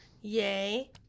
Yay